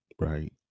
right